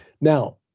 Now